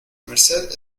merced